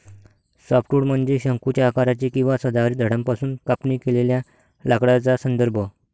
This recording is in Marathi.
सॉफ्टवुड म्हणजे शंकूच्या आकाराचे किंवा सदाहरित झाडांपासून कापणी केलेल्या लाकडाचा संदर्भ